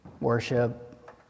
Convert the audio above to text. worship